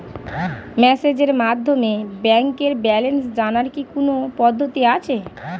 মেসেজের মাধ্যমে ব্যাংকের ব্যালেন্স জানার কি কোন পদ্ধতি আছে?